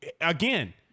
Again